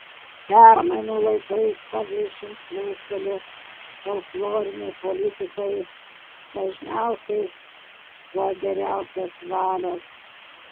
permainų laikais paviršiun plūsteli folkloriniai politikai dažniausiai kuo geriausios valios